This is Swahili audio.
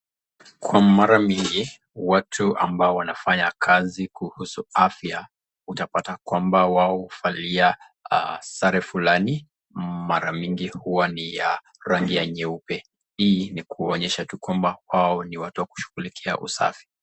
Kwa mara mingi watu ambao wanafanya kazi kuhusu afya, utapata kwamba wao huvalia sare fulani mara mingi huwa ni ya rangi ya nyeupe, hii ni kuonyesha watu kwamba hao ni watu wa kushughulikia usafi.